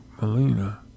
Melina